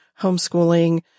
homeschooling